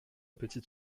petite